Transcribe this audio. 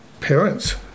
parents